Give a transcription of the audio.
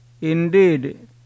Indeed